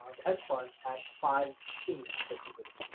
the hedge fund had five teams, basically,